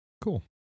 Cool